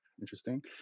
interesting